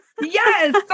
Yes